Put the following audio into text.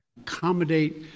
accommodate